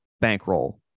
bankroll